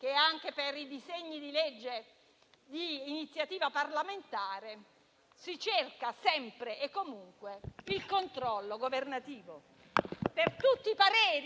vale anche per i disegni di legge di iniziativa parlamentare - si cerca sempre e comunque il controllo governativo. Per tutti i pareri